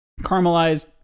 caramelized